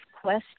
question